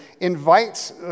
invites